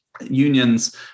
unions